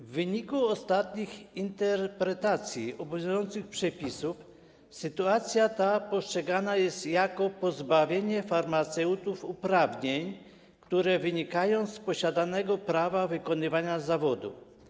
W wyniku ostatnich interpretacji obowiązujących przepisów sytuacja ta postrzegana jest jako pozbawienie farmaceutów uprawnień, które wynikają z posiadanego prawa wykonywania zawodu.